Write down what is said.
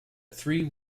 three